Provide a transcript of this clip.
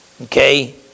okay